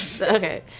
Okay